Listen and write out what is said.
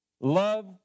love